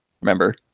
remember